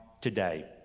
today